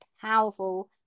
powerful